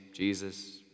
Jesus